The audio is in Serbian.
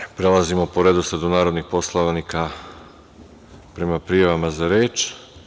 Ako ne, prelazimo po redosledu narodnih poslanika prema prijavama za reč.